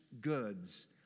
goods